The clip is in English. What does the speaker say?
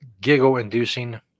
Giggle-inducing